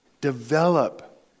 develop